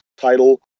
title